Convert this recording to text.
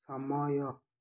ସମୟ